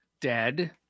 dead